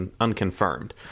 unconfirmed